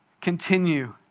continue